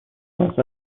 واست